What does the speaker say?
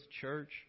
church